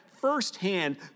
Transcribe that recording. firsthand